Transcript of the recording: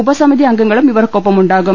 ഉപസമിതി അംഗങ്ങളും ഇവർക്കൊ പ്പമുണ്ടാകും